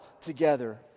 together